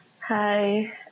Hi